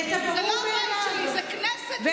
זה לא הבית שלי, זה כנסת ישראל.